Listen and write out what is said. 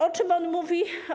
O czym on mówi?